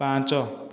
ପାଞ୍ଚ